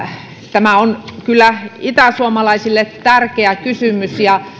tämä on kyllä itäsuomalaisille tärkeä kysymys ja